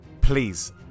Please